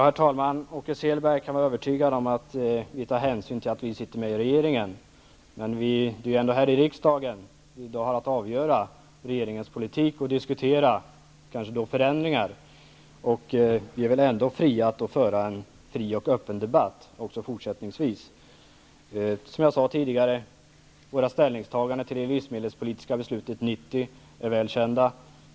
Herr talman! Åke Selberg kan vara övertygad om att vi tar hänsyn till att vi sitter med i regeringen, men det är här i riksdagen som regeringens politik skall avgöras och förändringar diskuteras, och vi är fria att föra en öppen debatt också fortsättningsvis. Som jag sade tidigare, är våra ställningstaganden till det livsmedelspolitiska beslutet 1990 väl kända.